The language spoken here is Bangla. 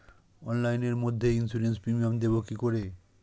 অনলাইনে মধ্যে ইন্সুরেন্স প্রিমিয়াম দেবো কি করে?